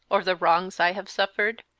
or the wrongs i have suffered?